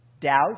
doubt